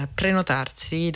prenotarsi